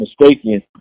mistaken